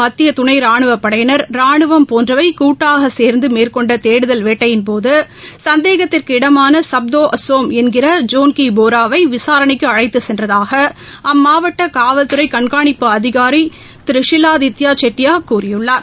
மத்திய துணை ரானுவப் படையினர் ரானுவம் போன்றவை கூட்டாகச் சேர்ந்து மேற்கொண்ட தேடுதல் வேட்டயின்போது சந்தேகத்திற்கிடமான சப்தோ அஸோம் என்கிற ஜோன்கி போராவை விசாரணைக்கு அழைத்துச் சென்றதாக அம்மாவட்ட காவல்துறை கண்காணிப்பு அதிகாரி திரு ஷில்ஆதித்யா ஷெட்டியா கூறியுள்ளார்